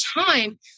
time